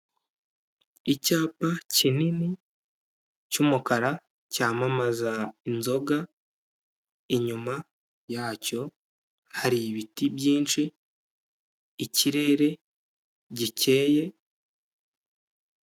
Icyapa kinini cy'umukara cyamamaza inzoga inyuma yacyo hari ibiti byinshi ikirere gikeye.